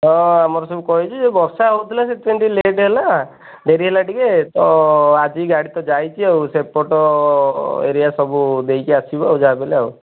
ହଁ ଆମର ସବୁ କହିଛି ବର୍ଷା ହେଉଥିଲା ସେଥିପାଇଁ ଟିକେ ଲେଟ୍ ହେଲା ଡେରି ହେଲା ଟିକେ ତ ଆଜି ଗାଡ଼ି ତ ଯାଇଛି ଆଉ ସେପଟ ଏରିଆ ସବୁ ଦେଇକି ଆସିବ ଯାହାବି ହେଲେ ଆଉ